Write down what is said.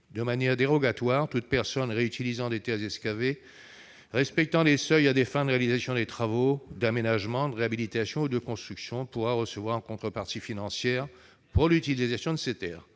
De manière dérogatoire, toute personne réutilisant des terres excavées respectant les seuils à des fins de réalisation de travaux d'aménagement, de réhabilitation ou de construction pourra recevoir une contrepartie financière pour l'utilisation de ces terres.